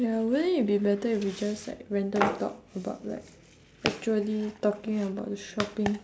ya wouldn't it be better if we just like random talk about like actually talking about the shopping